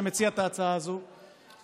שמציע את ההצעה הזאת,